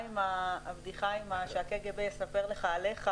הבדיחה שהקג"ב יספר לך עליך,